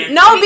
no